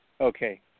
Okay